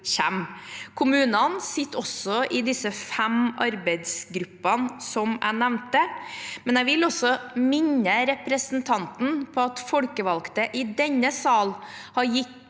Kommunene sitter også i disse fem arbeidsgruppene, som jeg nevnte. Jeg vil også minne representanten på at folkevalgte i denne sal har gitt